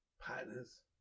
partners